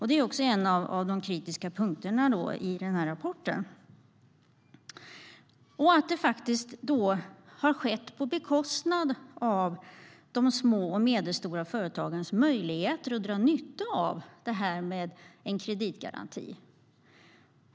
Det är också en av de punkter Riksrevisionen är kritisk till i rapporten. Detta har skett på bekostnad av de små och medelstora företagens möjligheter att dra nytta av en kreditgaranti.